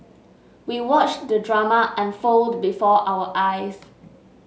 we watched the drama unfold before our eyes